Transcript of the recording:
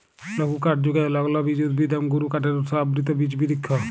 লঘুকাঠ যুগায় লগ্লবীজ উদ্ভিদ এবং গুরুকাঠের উৎস আবৃত বিচ বিরিক্ষ